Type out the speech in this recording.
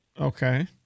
Okay